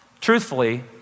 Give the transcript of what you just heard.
truthfully